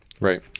Right